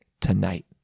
tonight